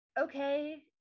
Okay